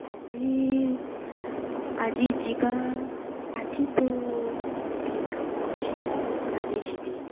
ଆଜି ଆଜି ଯିବା ଆଜି ତ ମୋର ଟିକେ କାମ ଅଛି ମୁଁ କାଲି ଯିବି